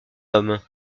homme